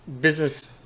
business